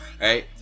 Right